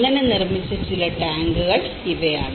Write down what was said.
അങ്ങനെ നിർമ്മിച്ച ചില ടാങ്കുകൾ ഇവയാണ്